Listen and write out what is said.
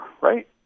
right